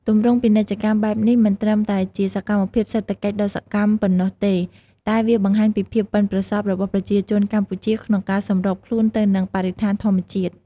ទម្រង់ពាណិជ្ជកម្មបែបនេះមិនត្រឹមតែជាសកម្មភាពសេដ្ឋកិច្ចដ៏សកម្មប៉ុណ្ណោះទេ តែវាបង្ហាញពីភាពប៉ិនប្រសប់របស់ប្រជាជនកម្ពុជាក្នុងការសម្របខ្លួនទៅនឹងបរិស្ថានធម្មជាតិ។